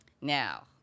now